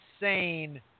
insane